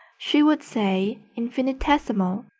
she would say infinitesimal.